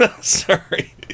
sorry